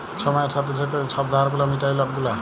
ছময়ের ছাথে যে ছব ধার গুলা মিটায় লক গুলা